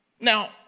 Now